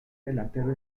delantero